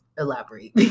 elaborate